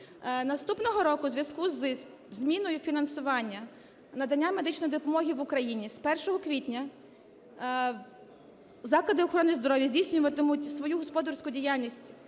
Наступного року в зв'язку зі зміною фінансування надання медичної допомоги в Україні з 1 квітня заклади охорони здоров'я здійснюватимуть свою господарську діяльність